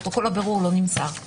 מאוד מקרים פרוטוקול הבירור לא נמסר.